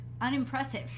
unimpressive